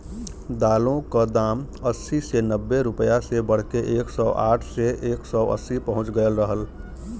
दालों क दाम अस्सी से नब्बे रुपया से बढ़के एक सौ साठ से एक सौ अस्सी पहुंच गयल रहल